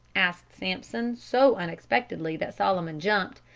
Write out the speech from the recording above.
asked sampson, so unexpectedly that solomon jumped,